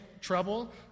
trouble